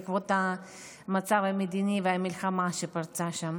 בעקבות המצב המדיני והמלחמה שפרצה שם,